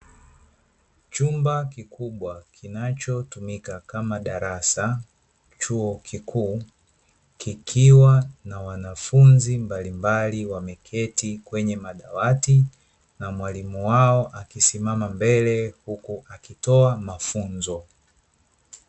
Chumba kikubwa kinachotumika kama darasa chuo kikuu, kikiwa na wanafunzi mbalimbali wameketi kwenye madawati na mwalimu akisimama mbele huku akutoa mafunzo.